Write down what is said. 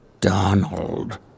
Donald